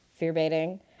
fearbaiting